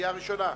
לקריאה ראשונה.